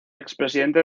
expresidente